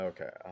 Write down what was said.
Okay